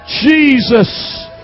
Jesus